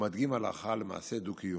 ומדגים הלכה למעשה דו-קיום.